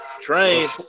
train